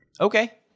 Okay